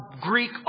Greek